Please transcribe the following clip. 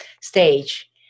stage